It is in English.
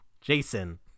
Jason